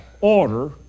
order